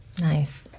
Nice